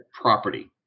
property